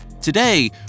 Today